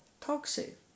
toxic